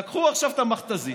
לקחו עכשיו את המכת"זית,